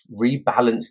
rebalance